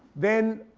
then,